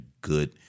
good